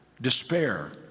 Despair